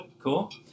Cool